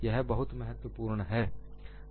वह बहुत महत्वपूर्ण है